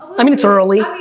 i mean, it's early.